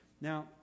Now